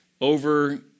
over